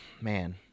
Man